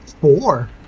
Four